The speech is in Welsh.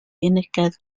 unigedd